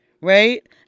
Right